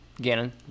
Gannon